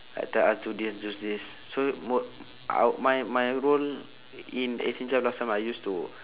like tell us do this do this so m~ uh my my role in eighteen chef last time I used to